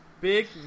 big